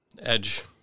Edge